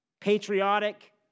Patriotic